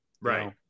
Right